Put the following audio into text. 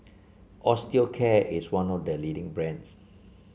Osteocare is one of the leading brands